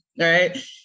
Right